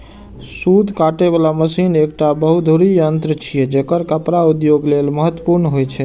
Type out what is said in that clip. सूत काटे बला मशीन एकटा बहुधुरी यंत्र छियै, जेकर कपड़ा उद्योग लेल महत्वपूर्ण होइ छै